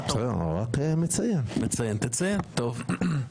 יוראי, בבקשה.